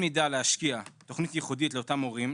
אם נדע להשקיע תוכנית ייחודית לאותם הורים,